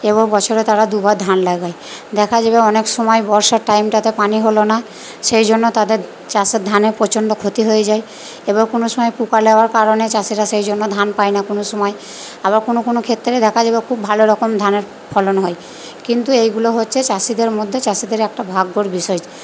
এবং বছরে তারা দুবার ধান লাগায় দেখা যাবে অনেক সময় বর্ষার টাইমটাতে পানি হল না সেই জন্য তাদের চাষের ধানে প্রচণ্ড ক্ষতি হয়ে যায় এবং কোনো সময় পোকা লাগার কারণে চাষিরা সেই জন্য ধান পায় না কোনো সময় আবার কোনো কোনো ক্ষেত্রে দেখা যাবে খুব ভালো রকম ধানের ফলন হয় কিন্তু এইগুলো হচ্ছে চাষিদের মধ্যে চাষিদের একটা ভাগ্যর বিষয়